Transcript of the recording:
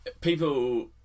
People